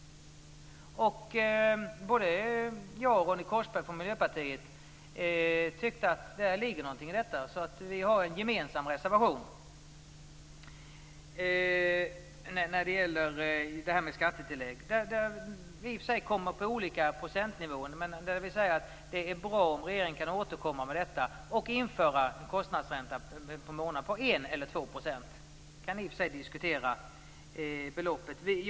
Både jag och Ronny Korsberg från Miljöpartiet tyckte att det ligger något i detta. Därför har vi en gemensam reservation om detta med skattetillägg. I och för sig hamnar vi på olika procentnivåer, men vi säger att det är bra om regeringen kan återkomma med detta och införa en kostnadsränta på 1 % eller 2 % per månad. Vi kan i och för sig diskutera beloppet.